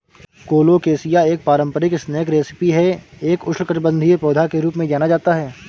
colocasia एक पारंपरिक snack recipe है एक उष्णकटिबंधीय पौधा के रूप में जाना जाता है